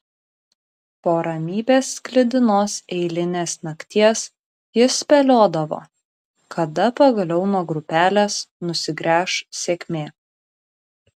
po ramybės sklidinos eilinės nakties jis spėliodavo kada pagaliau nuo grupelės nusigręš sėkmė